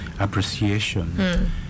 appreciation